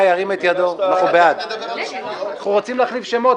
אנחנו רוצים להחליף שמות,